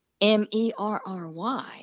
M-E-R-R-Y